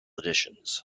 editions